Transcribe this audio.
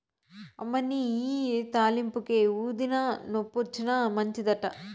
అమ్మనీ ఇయ్యి తాలింపుకే, ఊదినా, నొప్పొచ్చినా మంచిదట